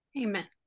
amen